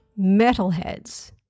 metalheads